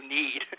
need